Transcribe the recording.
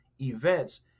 events